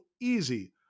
easy